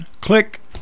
Click